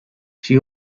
she